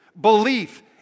belief